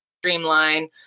streamline